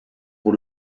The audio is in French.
pour